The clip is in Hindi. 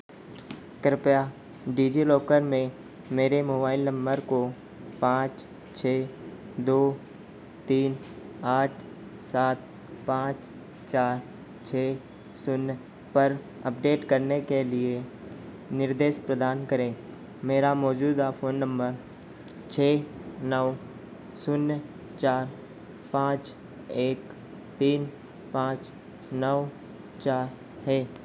कृपया डिजिलॉकर में मेरे मोबाइल नंबर को पाँच छः दो तीन आठ सात पाँच चार छः शून्य पर अपडेट करने के लिए निर्देश प्रदान करें मेरा मौजूदा फ़ोन नंबर छः नौ शून्य चार पाँच एक तीन पाँच नौ चार है